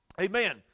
Amen